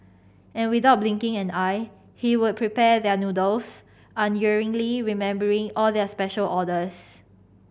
and without blinking an eye he would prepare their noodles unerringly remembering all their special orders